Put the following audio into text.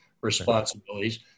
responsibilities